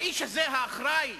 לאיש הזה, האחראי